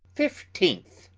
fifteenth,